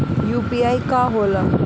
UPI का होला?